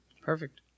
Perfect